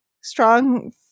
strong